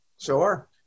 Sure